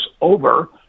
over